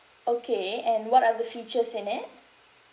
okay and what other features in it